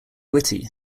witty